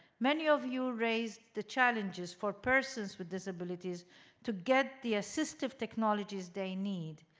many of you raised the challenges for persons with disabilities to get the assistive technologies they need,